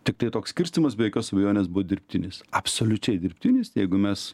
tiktai toks skirstymas be jokios abejonės buvo dirbtinis absoliučiai dirbtinis jeigu mes